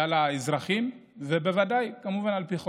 על האזרחים, ובוודאי כמובן על פי חוק.